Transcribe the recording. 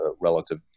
relative